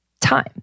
time